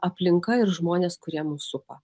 aplinka ir žmonės kurie mus supa